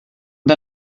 der